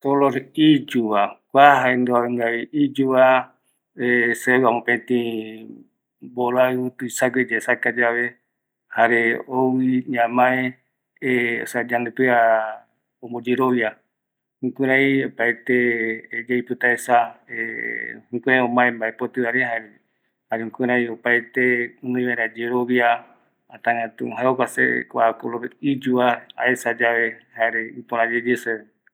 Iyuva vae aesa yave ou iño aymeongueta jaeko jae pea ya jae guandaka, ani pea esa gua jaea marandina jae no opa ayemongueta jare ou se mo yeucaiñoma amae je.